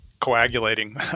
coagulating